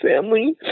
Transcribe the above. family